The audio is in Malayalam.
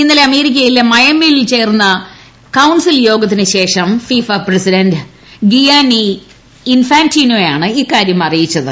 ഇന്നലെ അമേരീക്കയിലെ മിയാമിയിൽ ചേർന്ന കൌൺസിൽ യോഗത്തിനു്ശേഷം ഫിഫ പ്രസിഡന്റ് ഗിയാനി ഇൻഫാന്റിനോയാണ് ഇക്കാര്യം അറിയിച്ചത്